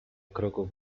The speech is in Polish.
kroków